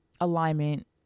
alignment